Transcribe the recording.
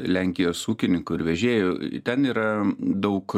lenkijos ūkininkų ir vežėjų ten yra daug